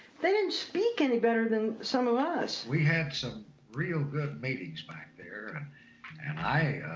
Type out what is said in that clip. they didn't speak any better than some of us. we had some real good meetings back there and i